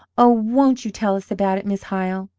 oh, won't you tell us about it, miss hyle?